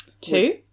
Two